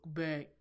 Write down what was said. back